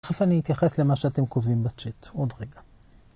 אחרי זה אני אתייחס למה שאתם כותבים בצ'ט. עוד רגע.